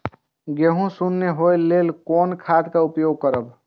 गेहूँ सुन होय लेल कोन खाद के उपयोग करब?